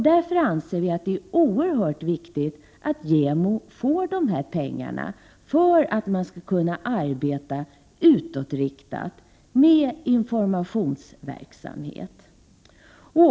Därför anser jag att det är oerhört viktigt att JämO får de här pengarna för att kunna arbeta utåtriktat med informationsverksamhet.